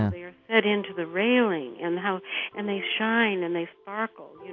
ah they're set into the railing and how and they shine and they sparkle,